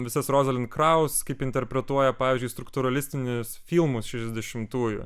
visas roza linkraus kaip interpretuoja pavyzdžiui struktūralistinius filmus šešiasdešimtųjų